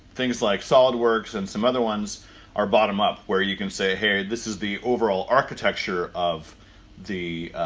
things like solidworks and some other ones are bottom-up where you can say hey, this is the overall architecture of the.